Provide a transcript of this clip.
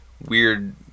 weird